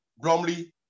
Bromley